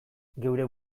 geure